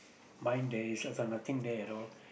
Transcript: mine there is nothing there at all